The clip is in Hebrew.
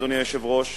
אדוני היושב-ראש,